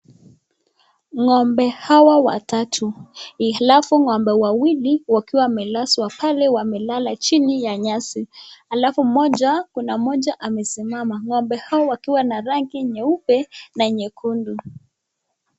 Ng'ombe hawa watatu, alafu ng'ombe wawili wakiwa wamelazwa pale wamelala chini ya nyasi, halafu mmoja kuna mmoja amesimama, ng'ombe hawa wakiwa na rangi nyeupe na nyekundu.